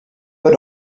but